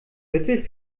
mittel